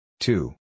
Two